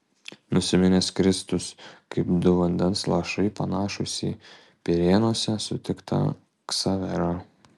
nusiminęs kristus kaip du vandens lašai panašus į pirėnuose sutiktą ksaverą